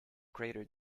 crater